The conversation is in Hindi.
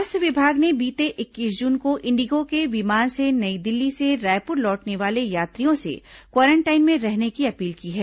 स्वास्थ्य विभाग ने बीते इक्कीस जून को इंडिगो के विमान से नई दिल्ली से रायपुर लौटने वाले यात्रियों से क्वारेंटाइन में रहने की अपील की है